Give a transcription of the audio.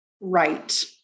right